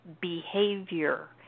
behavior